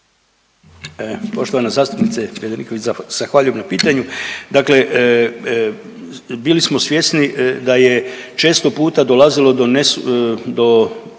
Poštovana zastupnice Bedeković zahvaljujem na pitanju. Dakle bili smo svjesni da je često puta dolazilo do